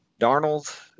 Darnold